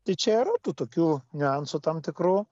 tai čia yra tų tokių niuansų tam tikrų